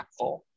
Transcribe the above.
impactful